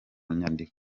nyandiko